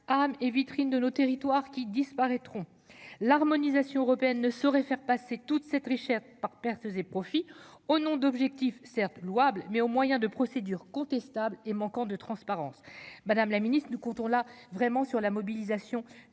mes vitrines de nos territoires qui disparaîtront, l'harmonisation européenne ne saurait faire passer toute cette richesse par pertes et profits, au nom d'objectif certes louable mais au moyen de procédures contestables et manquant de transparence, Madame la Ministre du coton là vraiment sur la mobilisation